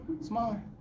smaller